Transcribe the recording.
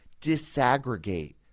disaggregate